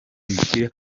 bigira